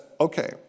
okay